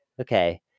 okay